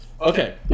Okay